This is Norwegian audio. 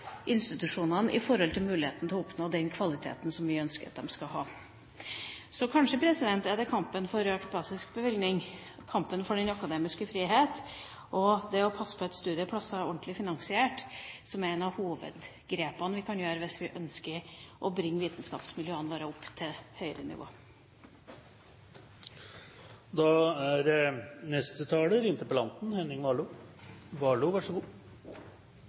institusjonene. Alt dette er med på å presse institusjonene når det gjelder muligheten til å oppnå den kvaliteten vi ønsker at de skal ha. Kanskje er det kampen for økt basisbevilgning, kampen for den akademiske frihet og det å passe på at studieplasser er ordentlig finansiert, som er noen av hovedgrepene vi kan gjøre, hvis vi ønsker å bringe vitenskapsmiljøene våre opp til et høyere nivå.